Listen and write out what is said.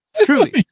truly